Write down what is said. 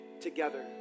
together